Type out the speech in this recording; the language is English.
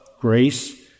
grace